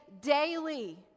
daily